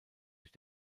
sich